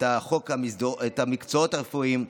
את החוק המסדיר את המקצועות הרפואיים.